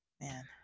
Man